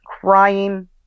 crying